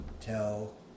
tell